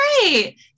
great